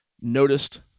noticed